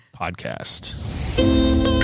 podcast